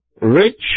rich